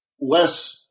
less –